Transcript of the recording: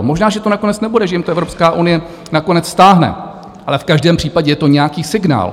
Možná že to nakonec nebude, že jim ta Evropská unie nakonec stáhne, ale v každém případě je to nějaký signál.